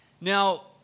Now